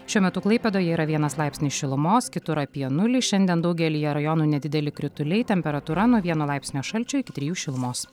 šiuo metu klaipėdoje yra vienas laipsnis šilumos kitur apie nulį šiandien daugelyje rajonų nedideli krituliai temperatūra nuo vieno laipsnio šalčio iki trijų šilumos